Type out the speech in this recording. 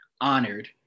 honored